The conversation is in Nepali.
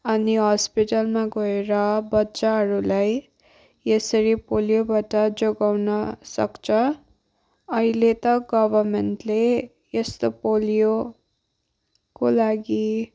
अनि हस्पिटलमा गएर बच्चाहरूलाई यसरी पोलियोबाट जोगाउन सक्छ अहिले त गभर्नमेन्टले यस्तो पोलियोको लागि